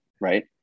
right